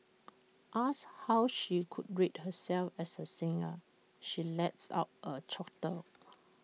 asked how she would rate herself as A singer she lets out A chortle